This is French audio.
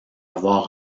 avoir